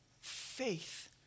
Faith